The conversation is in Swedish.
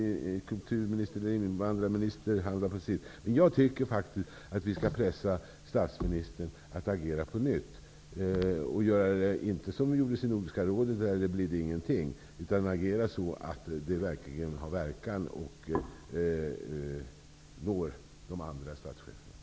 Kulturministern handlar på sin nivå. Jag tycker att vi skall pressa statsministern att agera på nytt. Det skall dock inte göras som i Nordiska rådet då det inte blev något resultat. Statsministern måste agera så att det får verkan och når de andra statsministrarna.